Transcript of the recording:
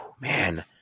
man